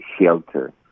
shelter